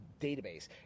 database